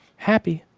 happy.